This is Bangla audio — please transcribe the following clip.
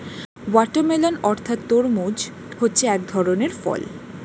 ওয়াটারমেলান অর্থাৎ তরমুজ হচ্ছে এক ধরনের ফল